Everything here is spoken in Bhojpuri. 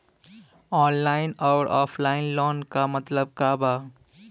ऑनलाइन अउर ऑफलाइन लोन क मतलब का बा?